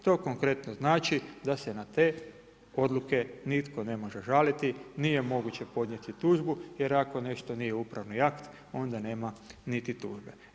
To konkretno znači da se na te odluke nitko ne može žaliti, nije moguće podnijeti tužbu jer ako nešto nije upravni akt onda nema niti tužbe.